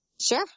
Sure